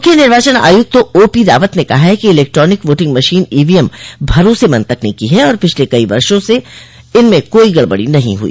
मुख्य निर्वाचन आयुक्त ओपी रावत ने कहा है कि इलेक्ट्रॉनिक वोटिंग मशीन ईवीएम भरोसेमंद तकनीकी है और पिछले कई वर्षों में इनमें कोई बड़ी गड़बड़ी नहीं हुई